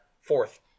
Fourth